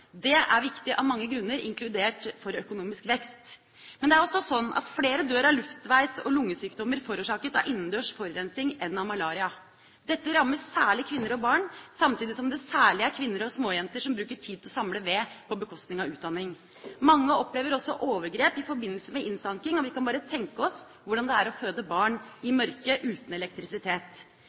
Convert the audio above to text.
Det er viktig av mange grunner, inkludert for økonomisk vekst. Men det er også sånn at flere dør av luftveis- og lungesykdommer forårsaket av innendørs forurensning enn av malaria. Dette rammer særlig kvinner og barn, samtidig som det er særlig kvinner og småjenter som bruker tid på å samle ved, på bekostning av utdanning. Mange opplever også overgrep i forbindelse med innsanking. Og vi kan bare tenke oss hvordan det er å føde barn i mørke, uten elektrisitet.